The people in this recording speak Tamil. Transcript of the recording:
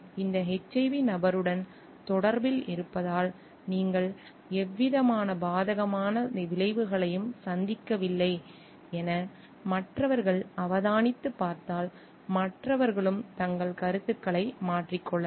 இந்த HIV நபருடன் தொடர்பில் இருப்பதால் நீங்கள் எந்தவிதமான பாதகமான விளைவுகளையும் சந்திக்கவில்லை என மற்றவர்கள் அவதானித்து பார்த்தால் மற்றவர்களும் தங்கள் கருத்துக்களை மாற்றிக் கொள்ளலாம்